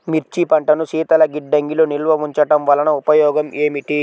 మిర్చి పంటను శీతల గిడ్డంగిలో నిల్వ ఉంచటం వలన ఉపయోగం ఏమిటి?